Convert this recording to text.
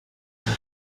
بکنم